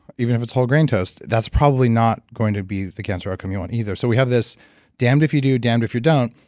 even if it's whole grain toast, that's probably not going to be the cancer outcome you want, either so, we have this damned if you do, damned if you don't,